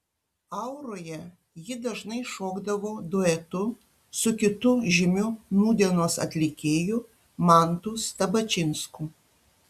auroje ji dažnai šokdavo duetu su kitu žymiu nūdienos atlikėju mantu stabačinsku